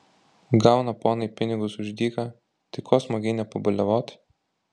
gauna ponai pinigus už dyką tai ko smagiai nepabaliavoti